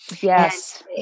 Yes